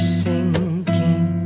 sinking